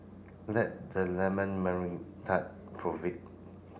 let the lemon tart prove it